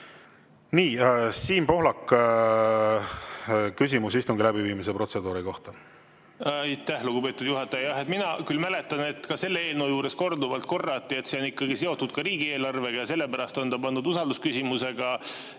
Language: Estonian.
tundi. Siim Pohlak, küsimus istungi läbiviimise protseduuri kohta. Aitäh, lugupeetud juhataja! Mina küll mäletan, et ka selle eelnõu juures korduvalt korrati, et see on ikkagi seotud riigieelarvega ja sellepärast ongi ta pandud usaldus[hääletusele],